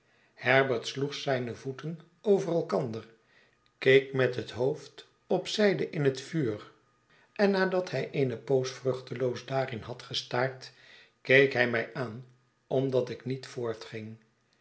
sloeg zijne voeten over elkander keek met het hoofd op zijde in het vuur en nadat hij eene poos vruchteloos daarin had gestaard keek hij mij aan mdat ik niet voortging